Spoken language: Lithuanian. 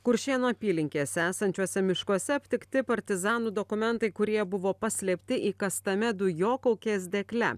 kuršėnų apylinkėse esančiuose miškuose aptikti partizanų dokumentai kurie buvo paslėpti įkastame dujokaukės dėkle